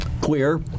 Queer